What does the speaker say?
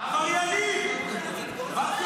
עבריינים --- חבר